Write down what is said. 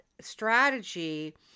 strategy